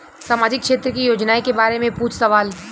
सामाजिक क्षेत्र की योजनाए के बारे में पूछ सवाल?